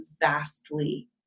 vastly